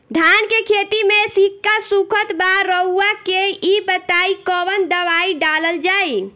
धान के खेती में सिक्का सुखत बा रउआ के ई बताईं कवन दवाइ डालल जाई?